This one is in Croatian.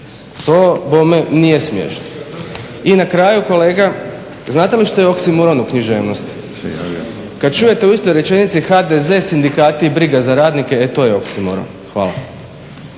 To bome nije smiješno. I na kraju kolega znate li što je oksimoron u književnosti? Kada čujete u istoj rečenici HDZ, sindikati i briga za radnike e to je oksimoron. Hvala.